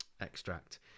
extract